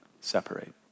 separate